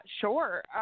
Sure